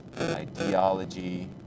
ideology